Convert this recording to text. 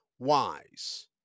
wise